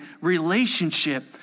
relationship